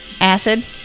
acid